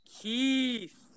Keith